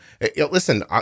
listen